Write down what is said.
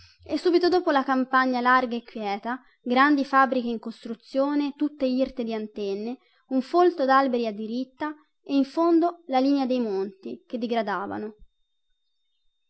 e subito dopo la campagna larga e quieta grandi fabbriche in costruzione tutte irte di antenne un folto dalberi a diritta e in fondo la linea dei monti che digradavano